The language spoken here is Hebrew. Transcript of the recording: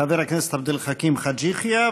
חבר הכנסת עבד אל חכים חאג' יחיא,